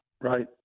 right